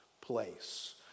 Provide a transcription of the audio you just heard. place